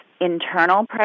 internal